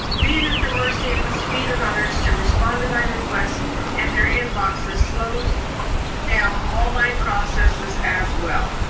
being at the mercy of the speed of others to respond to my request in and their inboxes slows down all my processes as well.